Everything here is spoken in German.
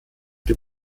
dem